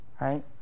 right